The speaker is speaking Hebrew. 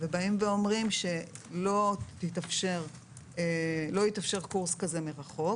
ובאים ואומרים שלא יתאפשר קורס כזה מרחוק,